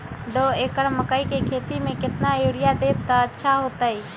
दो एकड़ मकई के खेती म केतना यूरिया देब त अच्छा होतई?